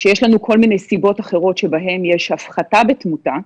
כשיש לנו כל מיני סיבות אחרות שבהן יש הפחתה בתמותה,